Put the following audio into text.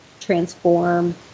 transform